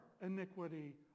iniquity